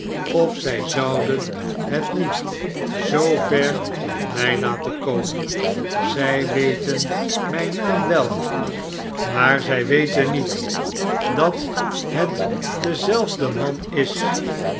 of zij zouden het niet zoover met mij laten koinen zij weten mijn naam wel maar zij weten niet barnaby rudge hugh's vervloekjng dat het dezelfde man is